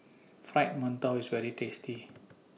Fried mantou IS very tasty